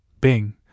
Bing